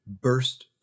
burst